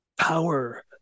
power